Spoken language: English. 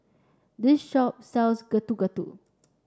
this shop sells Getuk Getuk